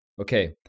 Okay